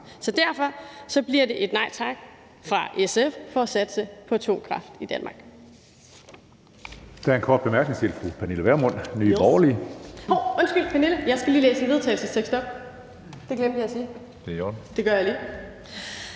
Derfor bliver det et nej tak fra SF til at satse på atomkraft i Danmark.